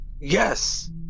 Yes